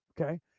Okay